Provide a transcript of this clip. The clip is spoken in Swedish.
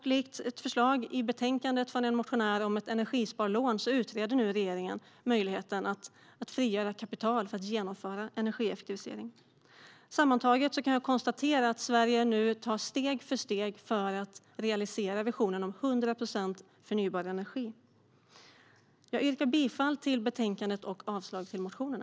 I likhet med en motionärs förslag om ett energisparlån i betänkandet utreder regeringen nu möjligheten att frigöra kapital för att genomföra energieffektiviseringar. Sammantaget kan jag konstatera att Sverige nu arbetar steg för steg för att realisera visionen om 100 procent förnybar energi. Jag yrkar bifall till förslaget i betänkandet och avslag på motionerna.